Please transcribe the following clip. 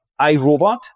iRobot